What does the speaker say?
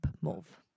move